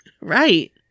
Right